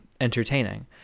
entertaining